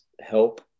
help